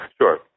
Sure